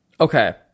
Okay